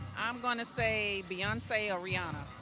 i'm going to say beyonce or rihanna.